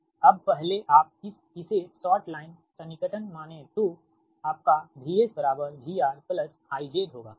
अब पहले आप इसे शॉर्ट लाइन सन्निकटन माने तोआपका VS VR IZ होगा ठीक